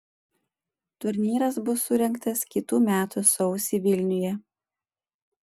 turnyras bus surengtas kitų metų sausį vilniuje